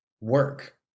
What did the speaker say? work